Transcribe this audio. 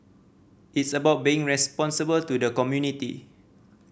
it's about being responsible to the community